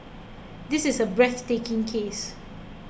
this is a breathtaking case